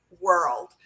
world